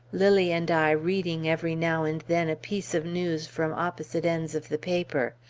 lilly and i reading every now and then a piece of news from opposite ends of the paper,